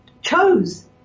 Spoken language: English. chose